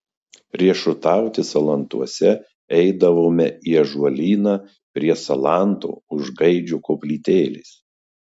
riešutauti salantuose eidavome į ąžuolyną prie salanto už gaidžio koplytėlės